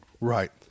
Right